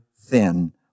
thin